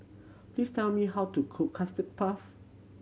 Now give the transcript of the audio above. please tell me how to cook Custard Puff